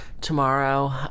tomorrow